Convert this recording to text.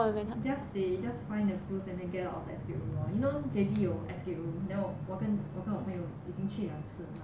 just they just find the clues then get out of the escape room lor you know J_B 有 escape room then 我跟我跟我朋友已经去两次那边